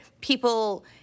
people